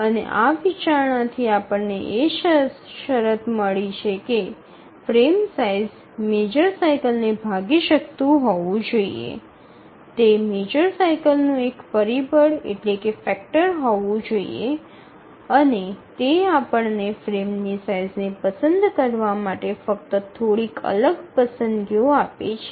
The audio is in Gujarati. અને આ વિચારણાથી આપણને એ શરત મળી છે કે ફ્રેમ સાઇઝ મેજર સાઇકલને ભાગી શકતું હોવું જોઈએ તે મેજર સાઇકલનું એક પરિબળ હોવું જોઈએ અને તે આપણને ફ્રેમની સાઇઝને પસંદ કરવા માટે ફક્ત થોડીક અલગ પસંદગીઓ આપે છે